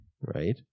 right